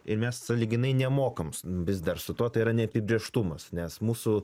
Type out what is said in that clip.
ir mes sąlyginai nemokam vis dar su tuo tai yra neapibrėžtumas nes mūsų